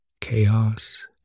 Chaos